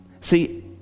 See